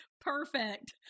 Perfect